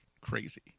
Crazy